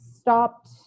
stopped